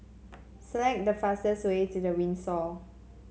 select the fastest way to The Windsor